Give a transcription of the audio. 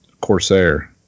Corsair